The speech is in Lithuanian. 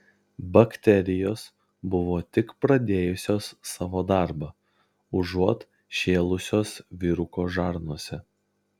bakterijos buvo tik pradėjusios savo darbą užuot šėlusios vyruko žarnose